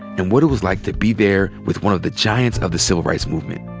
and what it was like to be there with one of the giants of the civil rights movement,